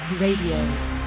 Radio